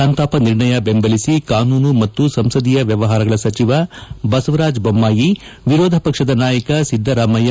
ಸಂತಾಪ ನಿರ್ಣಯ ಬೆಂಬಲಿಸಿ ಕಾನೂನು ಮತ್ತು ಸಂಸದೀಯ ವ್ವವಹಾರಗಳ ಸಚಿವ ಬಸವರಾಜ್ ದೊಮ್ಲಾಯಿ ವಿರೋಧ ಪಕ್ಷದ ನಾಯಕ ಸಿದ್ದರಾಮಯ್ಯ